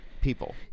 people